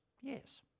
Yes